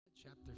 Chapter